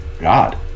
God